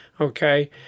Okay